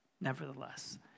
Nevertheless